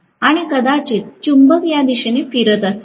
आणि कदाचित चुंबक या दिशेने फिरत असेल